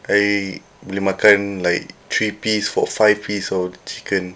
I boleh makan like three piece or five piece of chicken